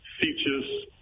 features